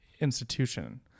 institution